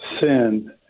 sin